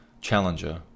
challenger